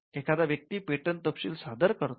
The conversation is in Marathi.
एखादा व्यक्ती पेटंट तपशील सादर करतो